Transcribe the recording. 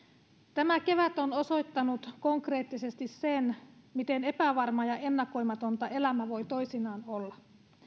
tämä kevät on osoittanut konkreettisesti sen miten epävarmaa ja ennakoimatonta elämä voi toisinaan olla